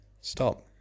Stop